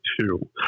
two